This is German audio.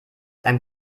einem